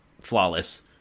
flawless